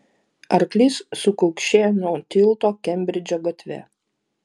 arklys sukaukšėjo nuo tilto kembridžo gatve